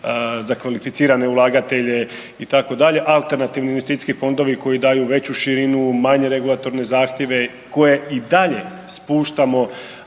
za kvalificirane ulagatelje itd., alternativni investicijski fondovi koji daju veću širinu, manje regulatorne zahtjeve koje i dalje spuštamo